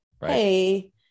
hey